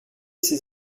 ses